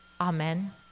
Amen